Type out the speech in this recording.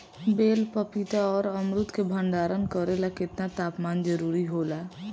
बेल पपीता और अमरुद के भंडारण करेला केतना तापमान जरुरी होला?